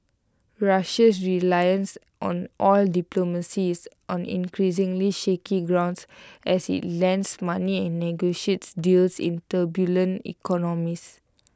Russia's reliance on oil diplomacy is on increasingly shaky grounds as IT lends money and negotiates deals in turbulent economies